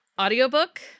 audiobook